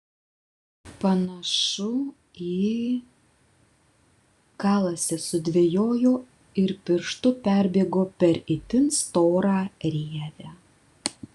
panašu į kalasi sudvejojo ir pirštu perbėgo per itin storą rievę